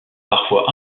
parfois